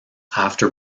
after